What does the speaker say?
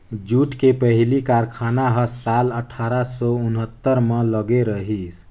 jute के पहिली कारखाना ह साल अठारा सौ उन्हत्तर म लगे रहिस